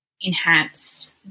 enhanced